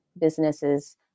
businesses